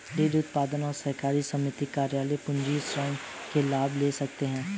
dairy उत्पादक और सहकारी समिति कार्यशील पूंजी ऋण के लाभ ले सकते है